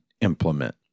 implement